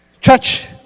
church